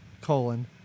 colon